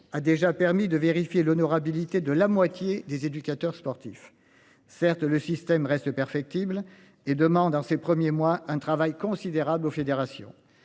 a déjà permis de vérifier l'honorabilité de la moitié des éducateurs sportifs. Certes le système reste perfectible et demande en ces premiers mois un travail considérable aux fédérations.